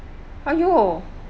!aiyo!